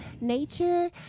nature